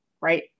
right